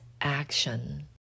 action